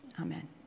Amen